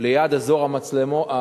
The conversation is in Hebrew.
ליד אזור המצבות,